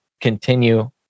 continue